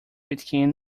pitkin